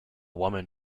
woman